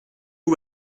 are